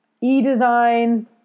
e-design